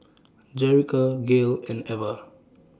Jerica Gale and Ever